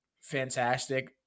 fantastic